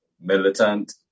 militant